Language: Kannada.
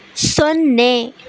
ಸೊನ್ನೆ